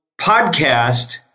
podcast